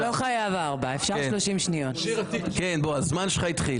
אני מוחא